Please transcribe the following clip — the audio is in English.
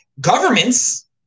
Governments